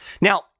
Now